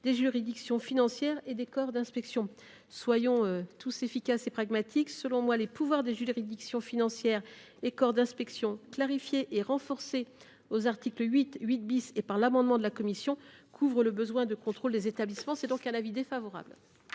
des juridictions financières et des corps d’inspection. Soyons efficaces et pragmatiques. Selon moi, les pouvoirs des juridictions financières et des corps d’inspection, clarifiés et renforcés aux articles 8, 8 et par l’amendement de la commission, couvrent le besoin de contrôle des établissements. La commission émet donc un avis défavorable